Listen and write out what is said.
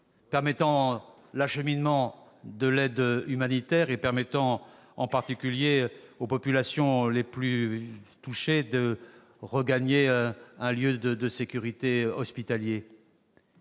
permettant l'acheminement de l'aide humanitaire et ouvrant la possibilité aux populations les plus touchées de regagner un lieu hospitalier